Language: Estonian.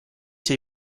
see